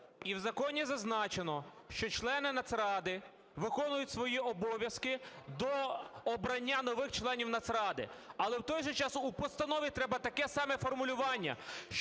і в законі зазначено, що члени Нацради виконують свої обов'язки до обрання нових членів Нацради. Але, в той же час, у постанові треба таке саме формулювання,